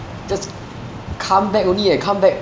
just come back only eh come back